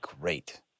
great